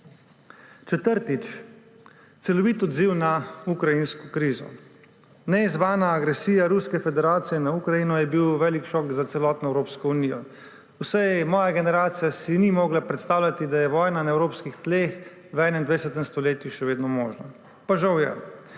Četrtič – celovit odziv na ukrajinsko krizo. Neizzvana agresija Ruske federacije na Ukrajino je bil velik šok za celotno Evropsko unijo. Vsaj moja generacija si ni mogla predstavljati, da je vojna na evropskih tleh v 21. stoletju še vedno možna. Pa žal je.